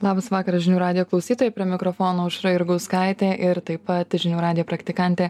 labas vakaras žinių radijo klausytojai prie mikrofono aušra jurgauskaitė ir taip pat žinių radijo praktikantė